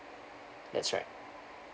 that's right